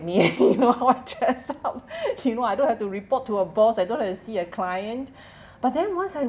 me you know what dress up you know I don't have to report to a boss I don't have to see a client but then once I